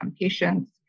patients